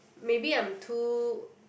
maybe I'm too